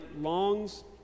longs